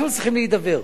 אנחנו צריכים להידבר.